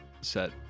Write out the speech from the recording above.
Set